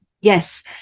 Yes